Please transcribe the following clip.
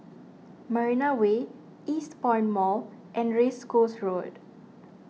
Marina Way Eastpoint Mall and Race Course Road